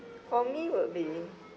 for me will be